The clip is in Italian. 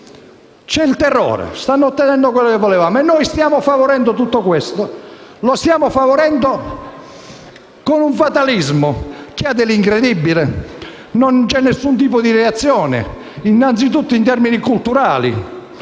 C'è il terrore. Stanno ottenendo quanto volevano e noi stiamo favorendo tutto questo, con un fatalismo che ha dell'incredibile. Non vi è nessun tipo di reazione, prima di tutto in termini culturali.